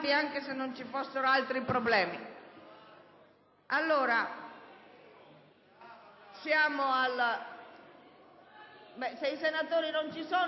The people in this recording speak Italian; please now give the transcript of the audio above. Grazie,